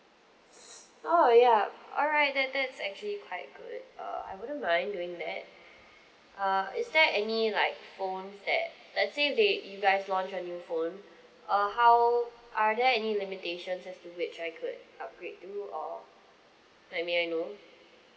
oh yup alright that that's actually quite good uh I wouldn't mind doing that uh is there any like phones that let's say if they you guys launch a new phone uh how are there any limitations as to which I could upgrade to or I mean I know